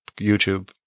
YouTube